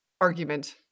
argument